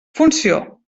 funció